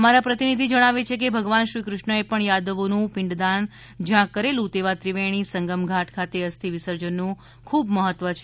અમારા પ્રતિનિધિ જણાવે છે કે ભગવાન શ્રી કૃષ્ણએ પણ યાદવોનું પિંડદાન જ્યાં કરેલું તેવા ત્રીવેણી સંગમ ઘાટ ખાતે અસ્થિ વિસર્જનનું ખૂબ મહત્વ છે